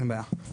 אין בעיה.